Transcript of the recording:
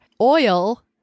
oil